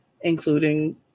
including